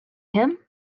him